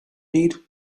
need